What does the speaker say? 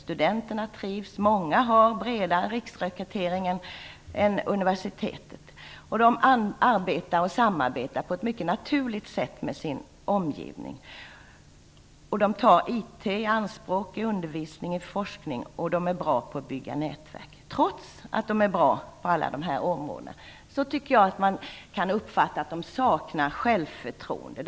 Studenterna trivs. Många har en bredare riksrekrytering än universiteten. De samarbetar också på ett mycket naturligt sätt med sin omgivning. De använder IT i undervisning och forskning, och de är bra på att bygga nätverk. Trots att de på alla de här områdena är bra, tycker jag att man kan uppfatta att de saknar självförtroende.